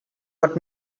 what